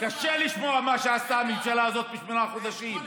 קשה לשמוע מה שעשתה הממשלה הזאת בשמונה חודשים.